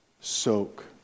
soak